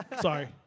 Sorry